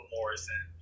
Morrison